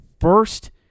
first